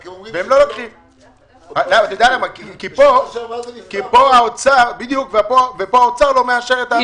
והם לא לוקחים כי כאן האוצר לא מאשר.